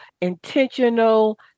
intentional